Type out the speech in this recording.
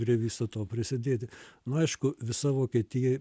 prie viso to prisidėti na aišku visa vokietija